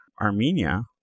Armenia